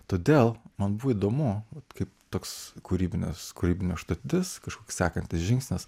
todėl man buvo įdomu kaip toks kūrybinis kūrybinė užduotis kažkoks sekantis žingsnis